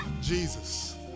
jesus